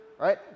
right